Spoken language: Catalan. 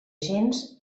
gens